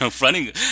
Running